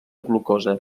glucosa